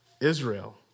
Israel